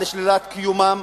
על שלילת קיומם,